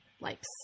likes